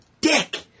dick